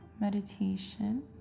meditation